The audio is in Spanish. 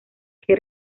que